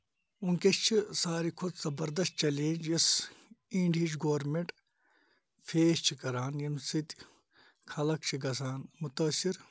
ؤنکیٚس چھُ ساروی کھۄتہٕ زَبردست چیلینج یُس اِنڈیِچ گوٚرمینٹ فیس چھِ کران ییٚمہِ سۭتۍ خَلق چھِ گژھان مُتٲثِر